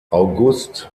august